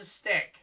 stick